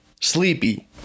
sleepy